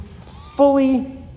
fully